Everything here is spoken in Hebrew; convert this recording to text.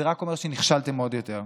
זה רק אומר שנכשלתם עוד יותר.